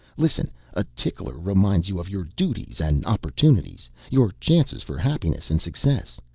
listen a tickler reminds you of your duties and opportunities your chances for happiness and success!